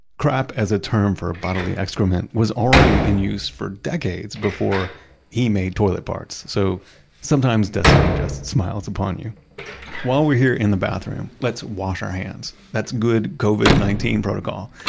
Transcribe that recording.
crap, as a term for bodily excrement, was already in use for decades before he made toilet parts, so sometimes destiny just smiles upon you while we're here in the bathroom, let's wash our hands. that's good covid nineteen protocol.